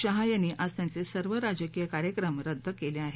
शाह यांनी आज त्यांचे सर्व राजकीय कार्यक्रम रद्द केले आहेत